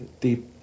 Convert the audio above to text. deep